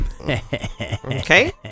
Okay